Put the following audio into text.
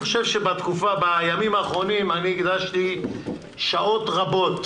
בימים האחרונים אני הקדשתי שעות רבות